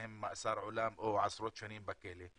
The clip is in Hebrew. מאסר עולם או עשרות שנים בכלא,